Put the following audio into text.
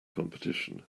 competition